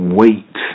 wait